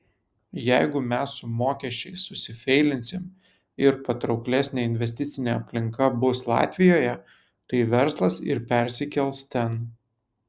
jeigu mes su mokesčiais susifeilinsim ir patrauklesnė investicinė aplinka bus latvijoje tai verslas ir persikels ten